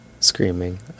screaming